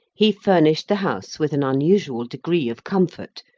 he furnished the house with an unusual degree of comfort,